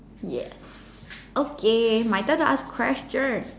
yes okay my turn to ask question